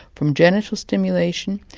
from genital stimulation,